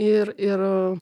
ir ir